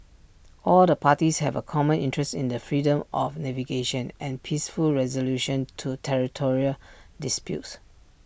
all the parties have A common interest in the freedom of navigation and peaceful resolution to territorial disputes